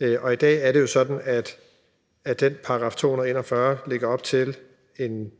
I dag er det jo sådan, at den § 241 lægger op til en